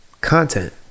content